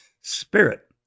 spirit